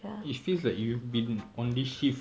it feels like you've been on this shift